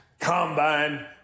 combine